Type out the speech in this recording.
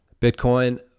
Bitcoin